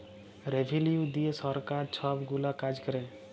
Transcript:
revenue দিঁয়ে সরকার ছব গুলা কাজ ক্যরে